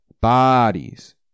bodies